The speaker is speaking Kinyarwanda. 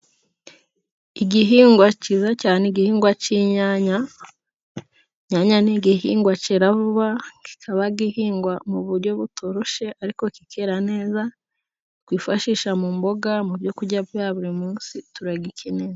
Igihingwa cyiza cyane, igihingwa cy’inyanya. Inyanya ni igihingwa cyera vuba, kikaba gihingwa mu buryo butoroshye, ariko kikera neza, twifashisha mu mboga, mu byo kurya bya buri munsi, turagikeneye.